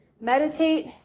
Meditate